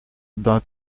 d’un